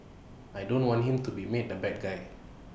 I don't want him to be made the bad guy